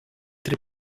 tre